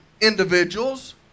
individuals